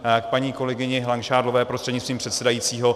A k paní kolegyni Langšádlové prostřednictvím předsedajícího.